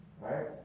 Right